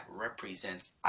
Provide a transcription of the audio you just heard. represents